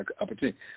opportunity